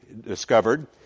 discovered